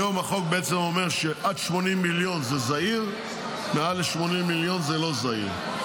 היום החוק אומר שעד 80 מיליון זה זעיר ומעל 80 מיליון זה לא זעיר.